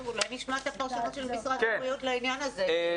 אולי נשמע את הפרשנות של משרד הבריאות לעניין הזה,